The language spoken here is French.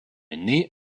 née